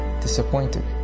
disappointed